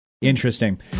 Interesting